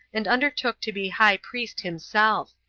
and undertook to be high priest himself.